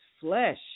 flesh